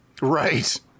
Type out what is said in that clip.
Right